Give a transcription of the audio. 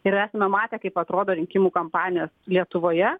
ir esame matę kaip atrodo rinkimų kampanijos lietuvoje